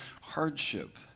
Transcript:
hardship